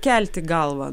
kelti galvą